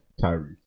Tyree